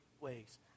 ways